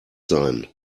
sein